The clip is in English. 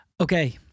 Okay